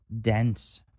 dense